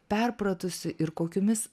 perpratusi ir kokiomis